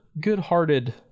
good-hearted